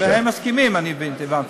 הם מסכימים, אני הבנתי.